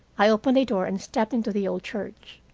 i opened a door and stepped into the old church.